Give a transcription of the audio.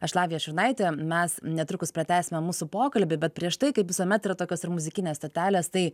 aš lavija šurnaitė mes netrukus pratęsime mūsų pokalbį bet prieš tai kaip visuomet yra tokios ir muzikinės detalės tai